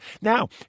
Now